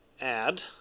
add